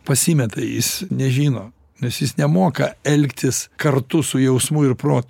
pasimeta jis nežino nes jis nemoka elgtis kartu su jausmu ir prot